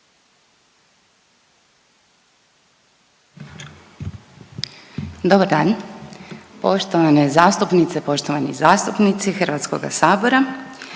Dobar dan! Poštovane zastupnice, poštovani zastupnici Hrvatskoga sabora